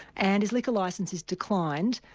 and his liquor licence is declined,